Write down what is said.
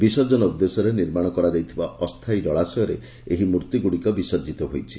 ବିସର୍ଜନ ଉଦ୍ଦେଶ୍ୟରେ ନିର୍ମାଶ କରାଯାଇଥିବା ଅସ୍ତାୟୀ ଜଳାଶୟରେ ଏହି ମୂର୍ଭିଗୁଡ଼ିକ ବିସର୍ଜିତ ହୋଇଛି